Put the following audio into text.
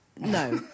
No